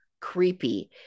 creepy